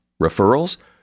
Referrals